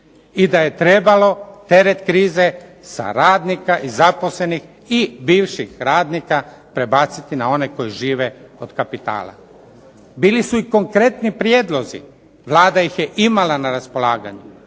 i da je trebalo teret krize sa radnika i zaposlenih i bivših radnika prebaciti na one koji žive od kapitala. Bili su i konkretni prijedlozi, Vlada ih je imala na raspolaganju.